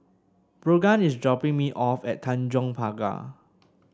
Brogan is dropping me off at Tanjong Pagar